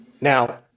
Now